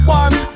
one